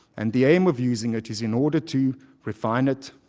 and the aim of using it is in order to refine it,